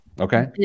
Okay